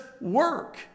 work